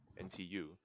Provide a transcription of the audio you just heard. NTU